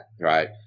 Right